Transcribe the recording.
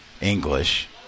English